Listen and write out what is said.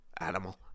animal